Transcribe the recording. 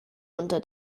unter